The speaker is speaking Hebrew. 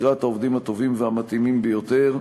בחירת העובדים הטובים והמתאימים ביותר.